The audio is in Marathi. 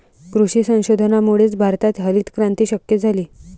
कृषी संशोधनामुळेच भारतात हरितक्रांती शक्य झाली